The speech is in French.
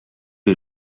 les